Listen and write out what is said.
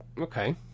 okay